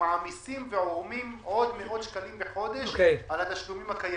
מעמיסים ועורמים עוד מאות שקלים לחודש על התשלומים הקיימים.